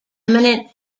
eminent